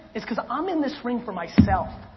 it's cause i'm in this ring for myself.